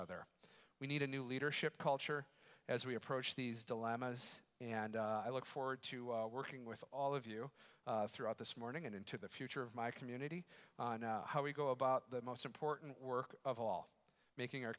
other we need a new leadership culture as we approach these dilemmas and i look forward to working with all of you throughout this morning and into the future of my community and how we go about the most important work of all making our